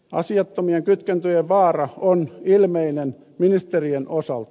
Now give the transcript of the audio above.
asiattomien kytkentöjen vaara on ilmeinen ministerien osalta